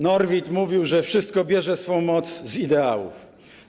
Norwid mówił, że „wszystko bierze swą moc z ideałów”